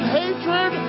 hatred